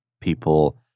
people